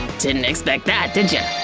didn't expect that, did ya?